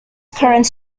current